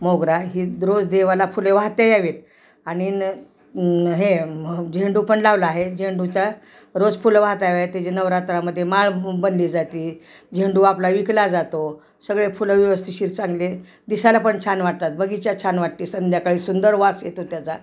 मोगरा ही द रोज देवाला फुले वाहता यावीत आणि न हे झेंडू पण लावलं आहे झेंडूचा रोज फुलं वाहता यावीत त्याज नवरात्रामध्ये माळ बनली जाती झेंडू आपला विकला जातो सगळे फुलं व्यवस्थितशीर चांगले दिसायला पण छान वाटतात बगीचा छान वाटते संध्याकाळी सुंदर वास येतो त्याचा